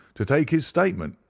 to take his statement,